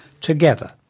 together